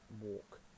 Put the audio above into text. walk